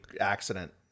accident